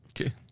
okay